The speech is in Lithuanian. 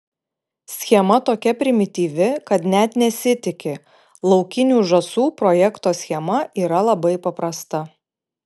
schema tokia primityvi kad net nesitiki laukinių žąsų projekto schema yra labai paprasta